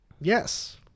Yes